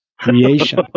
creation